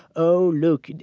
oh look,